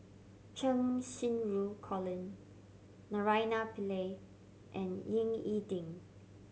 Cheng Xinru Colin Naraina Pillai and Ying E Ding